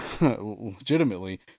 Legitimately